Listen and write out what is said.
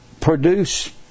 produce